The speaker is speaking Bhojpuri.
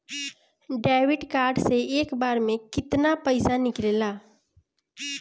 डेबिट कार्ड से एक बार मे केतना पैसा निकले ला?